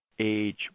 age